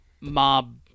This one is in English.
mob